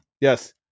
yes